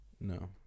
no